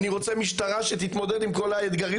אני רוצה משטרה שתתמודד עם כל האתגרים